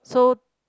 so